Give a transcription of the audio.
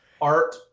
art